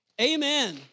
Amen